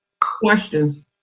Question